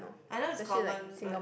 I know it's common but